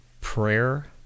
prayer